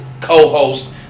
co-host